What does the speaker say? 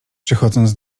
przychodząc